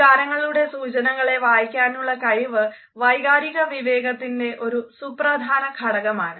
വികാരങ്ങളുടെ സൂചനകളെ വായിക്കാനുള്ള കഴിവ് വൈകാരിക വിവേകത്തിൻ്റെ ഒരു സുപ്രധാന ഘടകമാണ്